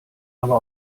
aber